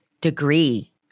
degree